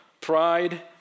pride